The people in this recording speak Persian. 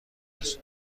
است